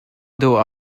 dawh